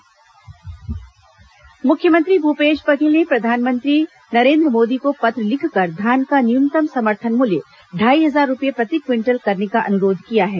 मुख्यमंत्री प्रधानमंत्री पत्र् मुख्यमंत्री भूपेश बघेल ने प्रधानमंत्री नरेन्द्र मोदी को पत्र लिखकर धान का न्यूनतम समर्थन मूल्य ढाई हजार रूपए प्रति क्विंटल करने का अनुरोध किया है